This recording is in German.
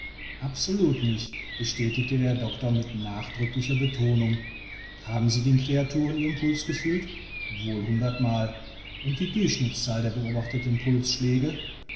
absolut nicht bestätigte der doctor mit nachdrücklicher betonung haben sie den creaturen ihren puls gefühlt wohl hundert mal und die durchschnittszahl der beobachteten